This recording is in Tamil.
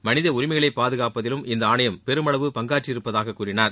மனித உரிமைகளை பாதுகாப்பதிலும் இந்த ஆணையம் பெருமளவு பங்காற்றியிருப்பதாகக் கூறினார்